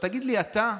תגיד לי אתה,